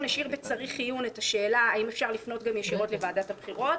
השאיר בצריך עיון את השאלה האם אפשר לפנות גם ישירות לוועדת הבחירות,